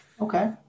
Okay